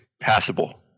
passable